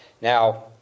Now